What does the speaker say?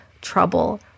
trouble